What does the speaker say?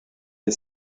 est